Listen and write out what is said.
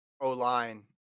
O-line